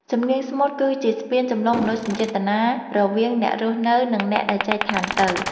សំនៀងស្មូតគឺជាស្ពានចម្លងមនោសញ្ចេតនារវាងអ្នករស់នៅ និងអ្នកដែលចែកឋានទៅ។